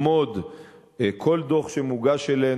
ללמוד כל דוח שמוגש לנו,